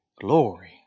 Glory